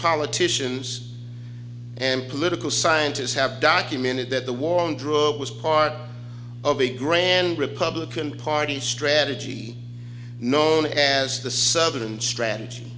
politicians and political scientists have documented that the war on drugs was part of a grand republican party strategy known as the southern strategy